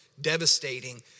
devastating